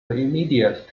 immediate